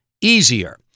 easier